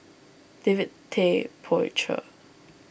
David Tay Poey Cher